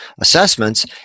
assessments